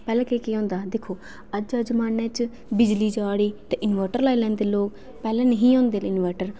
पैहलें केह् केह् होंदा हा दिक्खो अज्जै दे जम़ाने च बिजली जा दी ते इनबर्टर लाई लैदे लोक पैहले नेई हे होंदे इनबर्टर